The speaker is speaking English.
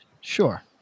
Sure